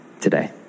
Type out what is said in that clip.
today